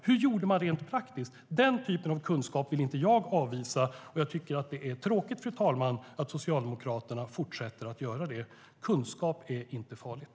Hur gjorde man rent praktiskt? Den typen av kunskap vill inte jag avvisa, och jag tycker att det är tråkigt, fru talman, att Socialdemokraterna fortsätter att göra det. Kunskap är inte farlig.